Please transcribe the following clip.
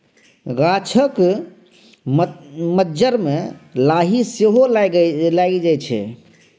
गाछक मज्जर मे लाही सेहो लागि जाइ छै